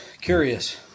curious